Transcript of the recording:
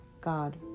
God